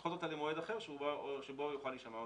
למועד אחר שבו הוא יוכל להישמע פיסית.